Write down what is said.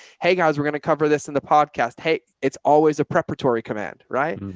hey guys, we're going to cover this in the podcast. hey, it's always a preparatory command, right?